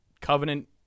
Covenant